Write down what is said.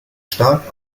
stark